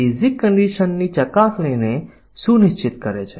દેખીતી રીતે કોડને જોઈને તમે જાણી શકતા નથી કે કેટલીક કાર્યક્ષમતા ખૂટે છે